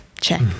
check